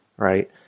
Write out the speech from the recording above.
Right